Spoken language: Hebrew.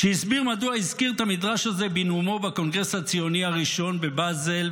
כשהסביר מדוע הזכיר את המדרש הזה בנאומו בקונגרס הציוני הראשון בבאזל,